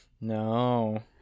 No